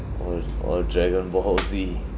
or or dragon ball Z